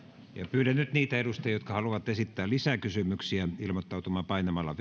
pyydän nyt niitä edustajia jotka haluavat esittää lisäkysymyksiä ilmoittautumaan painamalla